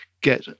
get